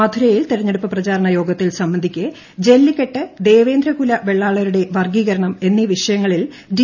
മധുരൈയിൽ തെരഞ്ഞെട്ടുപ്പ് പ്രചാരണ യോഗത്തിൽ സംബന്ധിക്കെ ജല്ലിക്കെട്ട് ദ്ദ്വേന്ദ്രകുല വെള്ളാളരുടെ വർഗീകരണം എന്നീ വിഷയങ്ങളിൽ ഡ്രീ